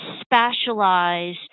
specialize